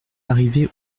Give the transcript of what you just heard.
arrivé